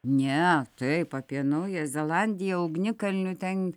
ne taip apie naująją zelandiją ugnikalnių ten